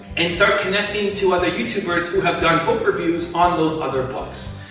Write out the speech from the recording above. and start connecting to other youtubers, who have done book reviews on those other books.